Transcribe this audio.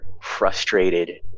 frustrated